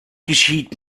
geschieht